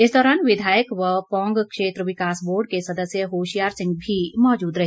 इस दौरान विधायक व पौंग क्षेत्र विकास बोर्ड के सदस्य होशियार सिंह भी मौजूद रहे